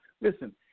listen